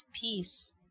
peace